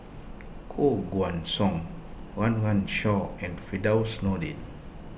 Koh Guan Song Run Run Shaw and Firdaus Nordin